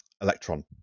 electron